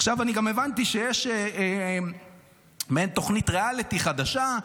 עכשיו אני גם הבנתי שיש מעין תוכנית ראליטי חדשה,